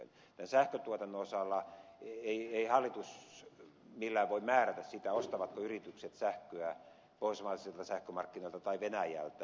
sähköntuotannon osalta ei hallitus millään voi määrätä sitä ostavatko yritykset sähköä pohjoismaisilta sähkömarkkinoilta tai venäjältä